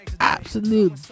absolute